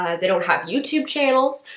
ah they don't have youtube channels,